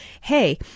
hey